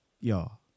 Y'all